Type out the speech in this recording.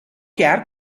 jaar